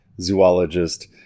zoologist